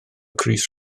crys